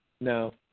No